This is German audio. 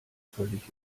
völlig